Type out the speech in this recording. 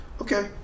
Okay